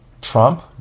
Trump